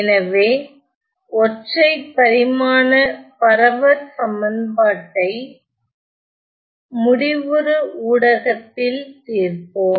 எனவே ஒற்றைப் பரிமாண பரவற்சமன்பாட்டை முடிவுறு ஊடகத்தில் தீர்ப்போம்